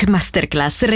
Masterclass